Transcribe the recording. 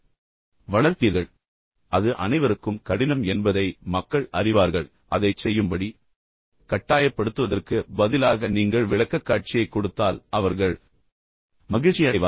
பெரும்பாலான நேரங்களில் அது அனைவருக்கும் கடினம் என்பதை மக்கள் அறிவார்கள் அதைச் செய்யும்படி கட்டாயப்படுத்துவதற்குப் பதிலாக நீங்கள் விளக்கக்காட்சியைக் கொடுத்தால் அவர்கள் மிகவும் மகிழ்ச்சியடைவார்கள்